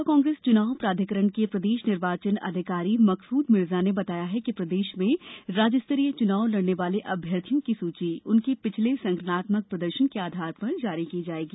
युवा कांग्रेस चुनाव प्राधिकरण के प्रदेश निर्वाचन अधिकारी मकसुद मिर्जा ने बताया कि प्रदेश में राज्यस्तरीय चनाव लडने वाले अभ्यर्थियों की सूची उनके पिछले संगठनात्मक प्रदर्शन के आधार पर जारी की जायेगी